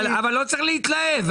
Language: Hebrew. אבל לא צריך להתלהב.